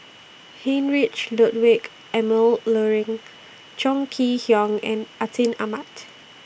Heinrich Ludwig Emil Luering Chong Kee Hiong and Atin Amat